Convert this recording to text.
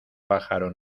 pájaro